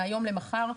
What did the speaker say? מהיום למחר.